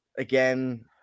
Again